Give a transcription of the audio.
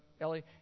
Ellie